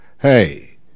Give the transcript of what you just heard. Hey